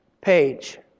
page